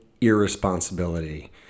irresponsibility